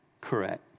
correct